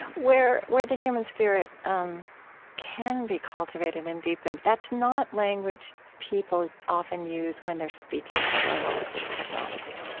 where where the human spirit um can be cultivated and deepened? that's not language people often use when they're speaking of our lives with technology